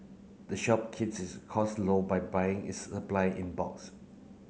the shop keeps its costs low by buying its supply in bulks